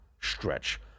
stretch